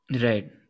Right